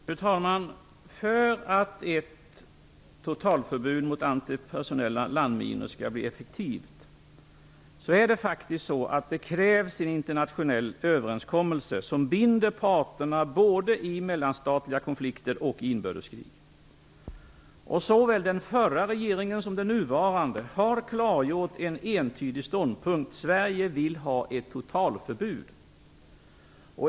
Fru talman! För att ett totalförbud mot antipersonella landminor skall bli effektivt krävs det en internationell överenskommelse som binder parterna i både mellanstatliga konflikter och inbördeskrig. Såväl den förra som den nuvarande regeringen har klargjort en entydig ståndpunkt, nämligen att Sverige vill ha ett totalförbud.